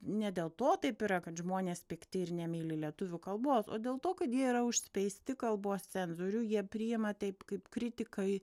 ne dėl to taip yra kad žmonės pikti ir nemyli lietuvių kalbos dėl to kad jie yra užspeisti kalbos cenzorių jie priima taip kaip kritikai